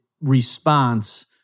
response